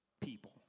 People